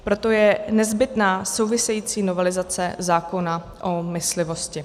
Proto je nezbytná související novelizace zákona o myslivosti.